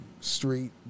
street